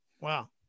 Wow